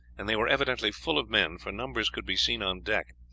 and they were evidently full of men, for numbers could be seen on deck,